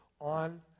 on